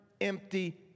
empty